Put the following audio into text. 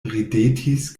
ridetis